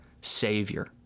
Savior